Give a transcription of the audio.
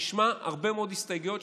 נשמע הרבה מאוד הסתייגויות,